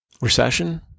Recession